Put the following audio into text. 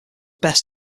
best